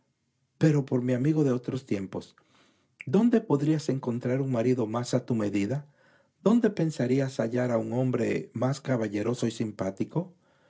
pero por mi amigo de otros tiempos dónde podrías encontrar un marido más a tu medida dónde pensarías hallar un hombre más caballero y simpático